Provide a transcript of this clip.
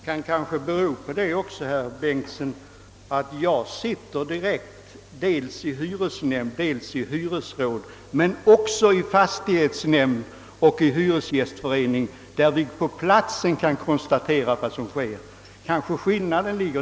Herr talman! Skillnaden kan kanske bero på att jag sitter dels i hyresrådet och dels också i fastighetsnämnd och i en hyresgästförening där vi på många sätt kan konstatera vad som sker.